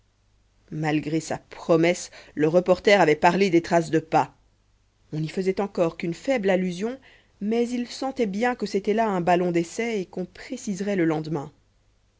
malgré se promesse le reporter avait parlé des traces de pas on n'y faisait encore qu'une faible allusion mais il sentait bien que c'était là un ballon d'essai et qu'on préciserait le lendemain